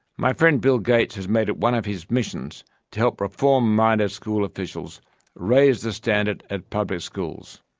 my friend bill gates has made it one of his missions to help reform-minded school officials raise the standards at public schools.